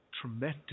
tremendous